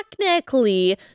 technically